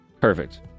Perfect